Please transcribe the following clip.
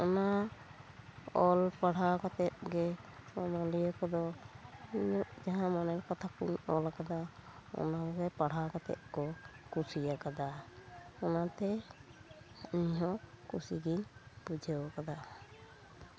ᱚᱱᱟ ᱚᱞ ᱯᱟᱲᱦᱟᱣ ᱠᱟᱛᱮᱫ ᱜᱮ ᱚᱱᱚᱞᱤᱭᱟᱹ ᱠᱚᱫᱚ ᱤᱧᱟᱹᱜ ᱡᱟᱦᱟᱸ ᱢᱚᱱᱮᱨ ᱠᱟᱛᱷᱟ ᱠᱚᱧ ᱚᱞ ᱠᱟᱫᱟ ᱚᱱᱟ ᱠᱚᱜᱮ ᱯᱟᱲᱦᱟᱣ ᱠᱟᱛᱮᱫ ᱠᱚ ᱠᱩᱥᱤ ᱟᱠᱟᱫᱟ ᱚᱱᱟᱛᱮ ᱤᱧ ᱦᱚᱸ ᱠᱩᱥᱤ ᱜᱤᱧ ᱵᱩᱡᱷᱟᱹᱣ ᱟᱠᱟᱫᱟ